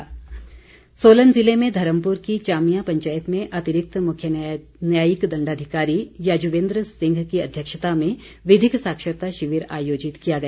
विधिक साक्षरता सोलन ज़िले में धर्मपुर की चामियां पंचायत में अतिरिक्त मुख्य न्यायिक दण्डाधिकारी याजुवेन्द्र सिंह की अध्यक्षता में विधिक साक्षरता शिविर आयोजित किया गया